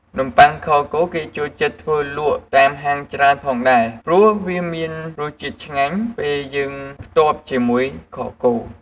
នំប័ុងខគោគេក៏ចូលចិត្តធ្វើលក់តាមហាងច្រើនផងដែរ ព្រោះវាមានរសជាតិឆ្ងាញ់ពេលយើងផ្ទាប់ជាមួយខគោ។